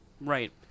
Right